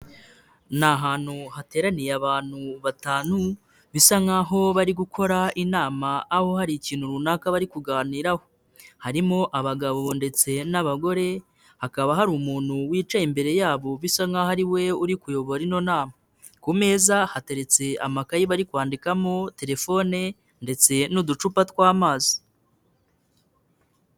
Ni ahantu hateraniye abantu batanu bisa nkaho bari gukora inama aho hari ikintu runaka bari kuganiraho, harimo abagabo ndetse n'abagore, hakaba hari umuntu wicaye imbere yabo bisa nkaho ari we uri kuyobora ino inama, ku meza hateretse amakayeyi bari kwandikamo, telefone ndetse n'uducupa tw'amazi.